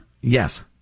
Yes